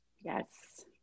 Yes